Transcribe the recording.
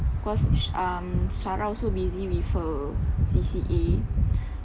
cause sarah also busy with her C_C_A